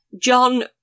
John